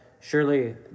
Surely